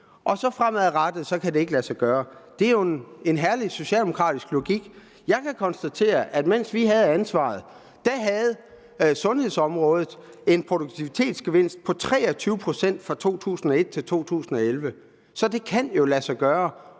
men fremadrettet kan det ikke lade sig gøre. Det er jo en herlig socialdemokratisk logik. Jeg kan konstatere, at mens vi havde ansvaret, fra 2001 til 2011, havde sundhedsområdet en produktivitetsgevinst på 23 pct. Så det kan jo lade sig gøre